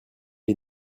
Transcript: est